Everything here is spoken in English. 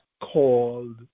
called